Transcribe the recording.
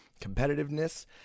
Competitiveness